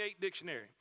dictionary